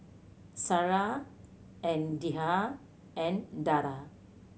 Sarah and Dhia and Dara